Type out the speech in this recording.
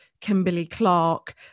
Kimberly-Clark